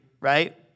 right